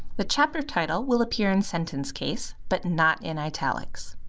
the chapter title will appear in sentence case, but not in italics.